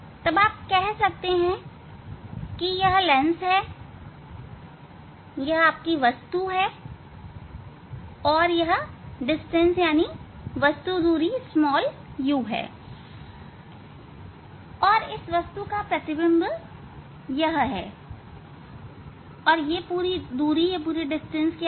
तब आप कह सकते हैं कि यह लेंस है यह वस्तु है और यह दूरी वस्तु दूरी u है और इस वस्तु का प्रतिबिंब यह है यह दूरी v है